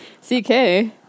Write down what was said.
C-K